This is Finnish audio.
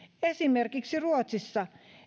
esimerkiksi ruotsissa